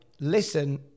listen